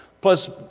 plus